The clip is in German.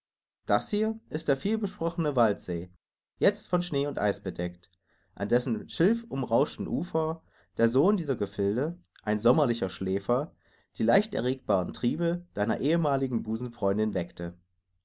das hier ist der vielbesprochene waldsee jetzt von schnee und eis bedeckt an dessen schilfumrauschten ufern der sohn dieser gefilde ein sommerlicher schläfer die leichterregbaren triebe deiner ehemaligen busenfreundin weckte